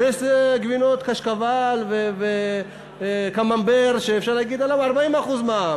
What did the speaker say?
אבל יש גבינות קשקבל וקממבר שאפשר לשים עליהן 40% מע"מ.